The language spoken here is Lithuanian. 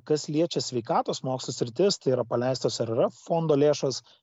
kas liečia sveikatos mokslų sritis tai yra paleistos ar yra fondo lėšos